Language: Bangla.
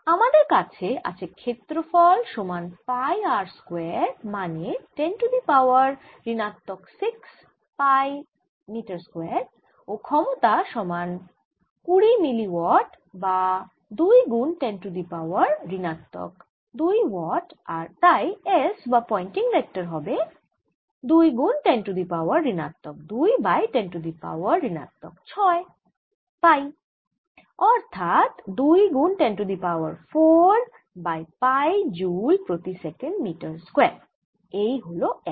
আমাদের কাছে আছে ক্ষেত্রফল সমান পাই r স্কয়ার মানে 10 টু দি পাওয়ার ঋণাত্মক 6 পাই মিটার স্কয়ার ও ক্ষমতা সমান 20 মিলি ওয়াট বা 2 গুন 10 টু দি পাওয়ার ঋণাত্মক 2 ওয়াট আর তাই S বা পয়েন্টিং ভেক্টর হবে 2 গুন 10 টু দি পাওয়ার ঋণাত্মক 2 বাই 10 টু দি পাওয়ার ঋণাত্মক 6 পাই অর্থাৎ 2 গুন 10 to the power 4 by pi joule প্রতি সেকেন্ড মিটার স্কয়ার এই হল S